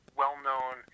well-known